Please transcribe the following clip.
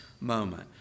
moment